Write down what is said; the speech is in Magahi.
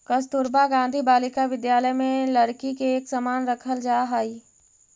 कस्तूरबा गांधी बालिका विद्यालय में लड़की के एक समान रखल जा हइ